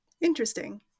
Interesting